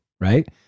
right